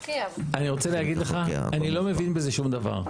אני רוצה להגיד לך, אני לא מבין בזה שום דבר.